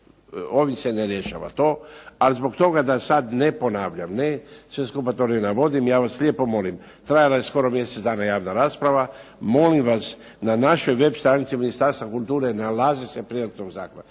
ovim se ne rješava to. Ali zbog toga da sad ne ponavljam, ne sve skupa to ne navodim ja vas lijepo molim. Trajala je skoro mjesec dana javna rasprava. Molim vas na našoj web stranici Ministarstva kulture nalazi se prijedlog